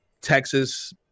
Texas